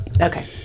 Okay